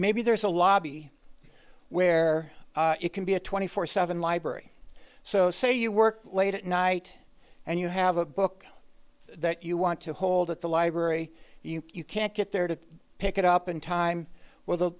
maybe there's a lobby where it can be a twenty four seven library so say you work late at night and you have a book that you want to hold at the library you can't get there to pick it up in time where the